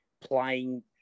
playing